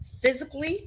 physically